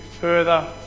further